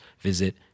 visit